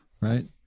right